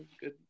good